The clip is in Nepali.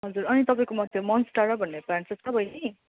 हजुर अनि तपाईँकोमा त्यो मन्सटेरा भन्ने प्लान्ट चाहिँ छ बहिनी